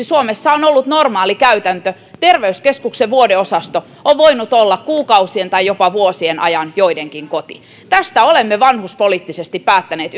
suomessa on ollut ikään kuin normaalikäytäntö terveyskeskuksen vuodeosasto on voinut olla kuukausien tai jopa vuosien ajan joidenkin koti tästä olemme vanhuspoliittisesti päättäneet